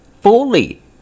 fully